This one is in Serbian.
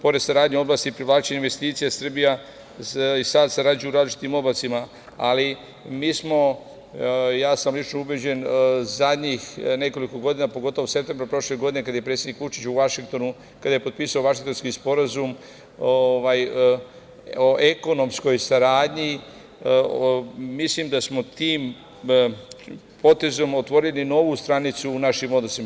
Pored saradnje u oblasti privlačenja investicija, Srbija sarađuje u različitim oblastima, ali mi smo, ja sam lično ubeđen, zadnjih nekoliko godina, pogotovo u septembru prošle godine kada je predsednik Vučić u Vašingtonu potpisao Vašingtonski sporazum o ekonomskoj saradnji, mislim da smo tim potezom otvorili novu stranicu u našim odnosima.